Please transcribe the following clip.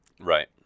Right